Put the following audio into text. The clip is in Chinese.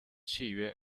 契约